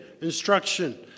Instruction